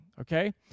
okay